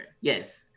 Yes